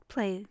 Play